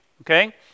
okay